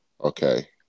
okay